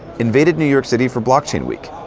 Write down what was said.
invaded new york city for blockchain week.